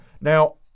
Now